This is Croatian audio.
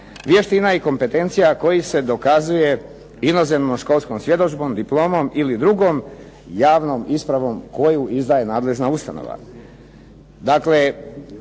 vještina i kompetencija koji se dokazuje inozemnom školskom svjedodžbom, diplomom ili drugom javnom ispravom koju izdaje nadležna ustanova. Dakle,